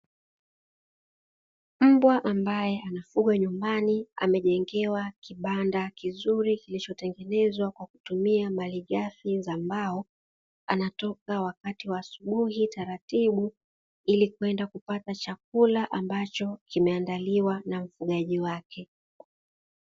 Mbwa ambaye anafugwa nyumbani amejengewa kibanda kizuri kilichotengenezwa kwa kutumia malighafi za mbao, anatoka wakati wa asubuhi taratibu ili kwenda kupata chakula ambacho kimeandaliwa na mfugaji wake.